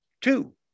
two